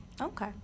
Okay